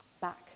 Back